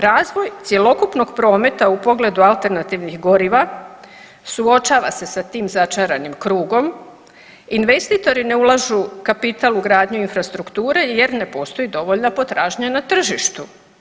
Razvoj cjelokupnog prometa u pogledu alternativnih goriva suočava se sa tim začaranim krugom, investitori ne ulažu kapital u gradnju infrastrukture jer ne postoji dovoljna potražnja na tržištu.